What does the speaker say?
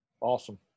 Awesome